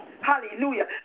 Hallelujah